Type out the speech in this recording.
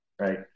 right